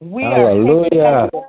Hallelujah